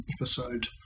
episode